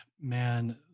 Man